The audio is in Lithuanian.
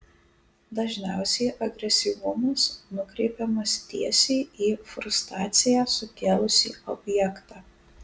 dažniausiai agresyvumas nukreipiamas tiesiai į frustraciją sukėlusį objektą